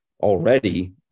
already